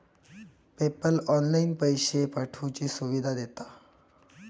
PayPal online पैशे पाठवुची सुविधा देता